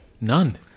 none